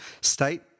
state